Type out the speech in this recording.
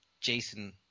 jason